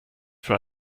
für